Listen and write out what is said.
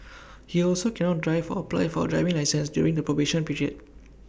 he also cannot drive or apply for A driving licence during the probation period